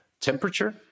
temperature